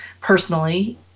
personally